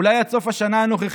אולי עד סוף השנה הנוכחית